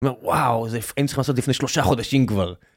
וואו, היינו צריכים לעשות את זה לפני שלושה חודשים כבר.